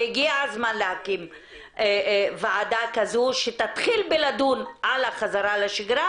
והגיע הזמן להקים ועדה כזו שתתחיל בלדון על החזרה לשגרה,